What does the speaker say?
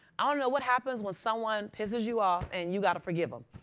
ah know what happens when someone pisses you off and you've got to forgive them.